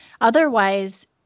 Otherwise